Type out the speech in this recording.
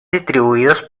distribuidos